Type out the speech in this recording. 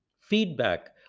feedback